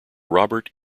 robert